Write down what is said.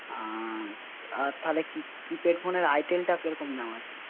আর তাহলে কি কি প্যাড ফোনের আই টেলটা কিরকম দাম আছে